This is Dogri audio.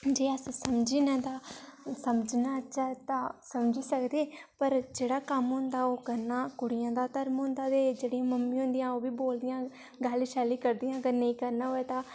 जे अस समझने तां समझना चाहिदा समझी सकदे पर जेह्ड़ा कम्म होंदा ओह् करना कुड़ियें दा धर्म होंदा ते जेह्ड़ी मम्मी होंदियां ओह् बी बोलदियां न गाली शाली कढदियां न अगर नेईं करना होऐ तां